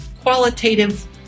qualitative